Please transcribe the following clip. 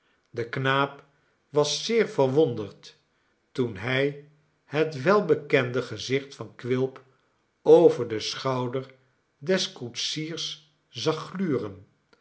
de knaap was zeer verwonderd toen hij het welbekende gezicht van quilp over den schouder des koetsiers zag gluren